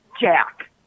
jack